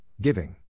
giving